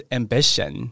ambition